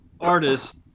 artist